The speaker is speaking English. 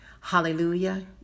hallelujah